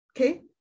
Okay